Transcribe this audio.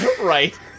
Right